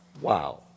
wow